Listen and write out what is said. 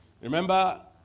Remember